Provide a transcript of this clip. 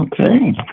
Okay